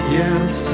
yes